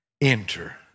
enter